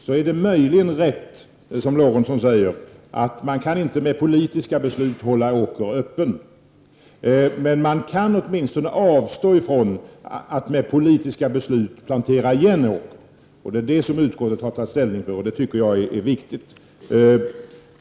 Det är möjligen rätt — som Sven Eric Lorenzon sade — att man inte genom politiska beslut kan hålla åkrarna öppna. Men man kan åtminstone avstå ifrån att genom politiska beslut plantera igen åkrar. Det har utskottet tagit ställning för, och det är viktigt.